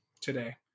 today